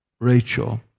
Rachel